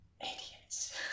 Idiots